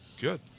Good